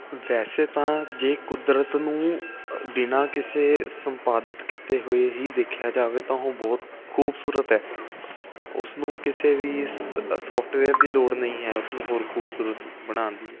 ਵੈਸੇ ਤਾਂ ਜੇ ਕੁਦਰਤ ਨੂੰ ਬਿਨਾਂ ਕਿਸੇ ਸੰਪਾਦਿਤ ਕੀਤੇ ਹੋਏ ਹੀ ਦੇਖਿਆ ਜਾਵੇ ਤਾਂ ਉਹ ਬਹੁਤ ਖੂਬਸੂਰਤ ਹੈ ਉਸਨੂੰ ਕਿਸੇ ਵੀ ਸੋ ਸੋਫਟਵੇਅਰ ਦੀ ਲੋੜ ਨਹੀਂ ਹੈ ਉਸਨੂੰ ਹੋਰ ਖੂਬਸੂਰਤ ਬਣਾਉਣ ਦੀ